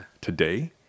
today